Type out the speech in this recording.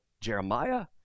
Jeremiah